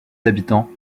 d’habitants